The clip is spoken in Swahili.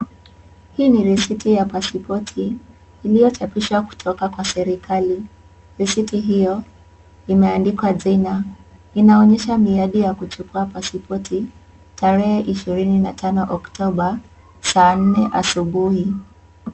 Hii ni risiti ya pasipoti iliyochapishwa kutoka kwa serikali. Risiti hio imeandikwa jina, inaonyesha miadi ya kuchukua pasipoti tarehe 25, Oktoba. saa nne asubuhi.